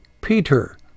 Peter